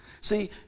See